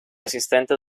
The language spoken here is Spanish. asistente